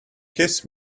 kissed